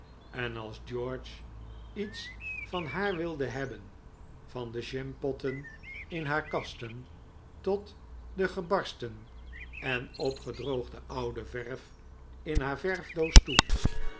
en als george iets van haar wilde hebben van de jampotten in haar kasten tot de gebarsten en opgedroogde oude verf in haar verfdoos toe